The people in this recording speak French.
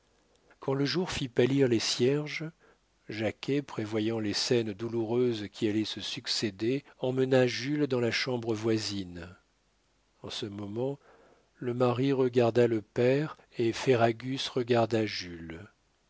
quand le jour fit pâlir les cierges jacquet prévoyant les scènes douloureuses qui allaient se succéder emmena jules dans la chambre voisine en ce moment le mari regarda le père et ferragus regarda jules